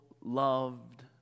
loved